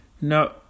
no